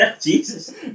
Jesus